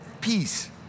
peace